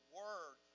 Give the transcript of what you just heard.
word